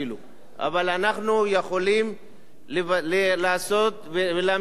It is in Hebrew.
אבל אנחנו יכולים לעשות ולהמשיך לעשות,